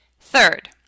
Third